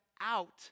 out